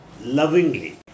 lovingly